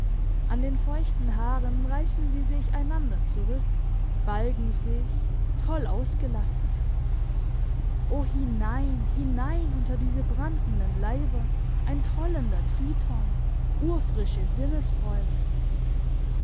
an den feuchten haaren reissen sie sich einander zurück balgen sich toll ausgelassen o hinein hinein unter diese brandenden leiber ein tollender triton urfrische sinnesfreude